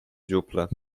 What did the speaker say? dziuplę